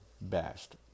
bashed